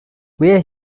where